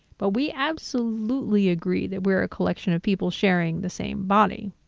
but we absolutely agree that we're a collection of people sharing the same body.